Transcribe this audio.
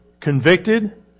convicted